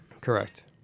Correct